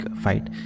fight